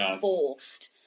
forced